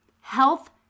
Health